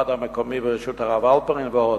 הוועד המקומי בראשות הרב הלפרין ועוד.